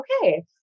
okay